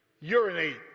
urinate